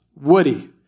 Woody